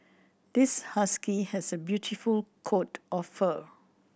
this husky has a beautiful coat of fur